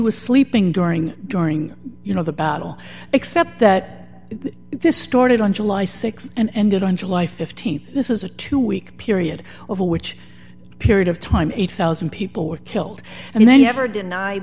was sleeping during during you know the battle except that this started on july th and ended on july th this was a two week period over which period of time eight thousand people were killed and i never denied